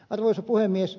arvoisa puhemies